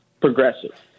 progressive